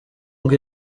ngo